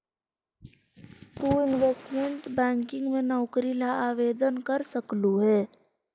तु investment banking में नौकरी ला आवेदन कर सकलू हे